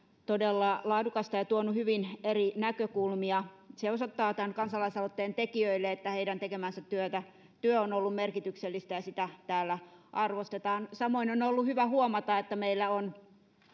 todella laadukasta ja tuonut hyvin eri näkökulmia se osoittaa tämän kansalaisaloitteen tekijöille että heidän tekemänsä työ on ollut merkityksellistä ja sitä täällä arvostetaan samoin on on ollut hyvä huomata että meillä on